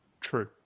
True